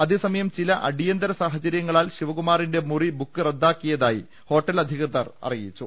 അതേസമയം ചില അടിയന്തര സാഹചര്യങ്ങളാൽ ശിവകുമാറിന്റെ മുറി ബുക്കിങ് റദ്ദാക്കിയതായി ഹോട്ടൽ അധികൃ തർ അറിയിച്ചു